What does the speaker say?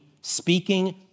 speaking